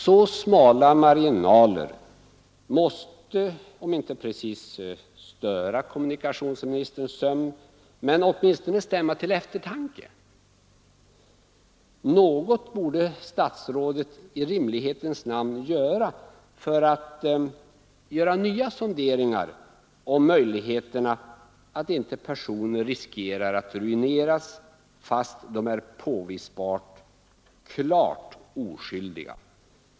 Så smala marginaler måste om inte precis störa kommunikationsministerns sömn så åtminstone stämma till eftertanke. I någon mån borde statsrådet i rimlighetens namn göra nya sonderingar angående möjligheterna för att personer inte skall riskera att ruineras, trots att de är påvisbart klart oskyldiga.